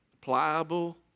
pliable